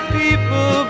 people